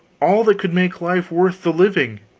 all that could make life worth the living!